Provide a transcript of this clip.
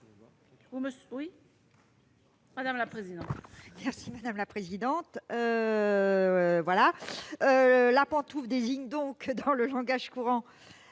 madame la présidente.